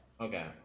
Okay